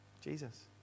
Jesus